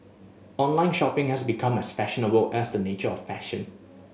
online shopping has become as fashionable as the nature of fashion